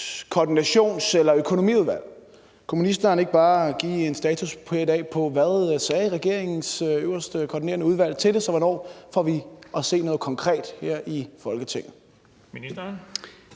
Koordinationsudvalg. Kunne ministeren ikke bare i dag give en status på, hvad regeringens øverste koordinerende udvalg sagde til det? Så hvornår får vi noget konkret at se her i Folketinget?